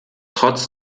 trotz